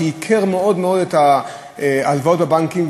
שייקרה מאוד מאוד את ההלוואות בבנקים,